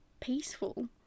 peaceful